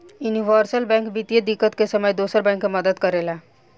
universal bank वित्तीय दिक्कत के समय में दोसर बैंक के मदद करेला